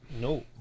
No